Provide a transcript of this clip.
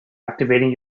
activating